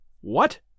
What